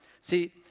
See